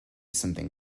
something